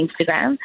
Instagram